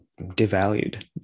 devalued